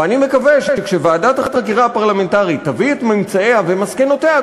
ואני מקווה שכשוועדת החקירה הפרלמנטרית תביא את ממצאיה ומסקנותיה,